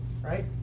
right